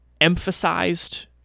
emphasized